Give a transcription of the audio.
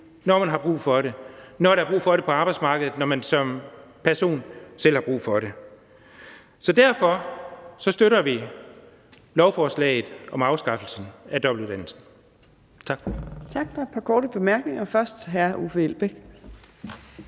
når man har brug for det, når der er brug for det på arbejdsmarkedet, eller når man som person selv har brug for det. Derfor støtter vi lovforslaget om afskaffelsen af begrænsningen af